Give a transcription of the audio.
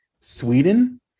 Sweden